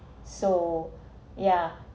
so yeah